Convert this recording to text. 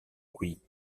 oui